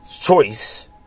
choice